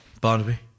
Barnaby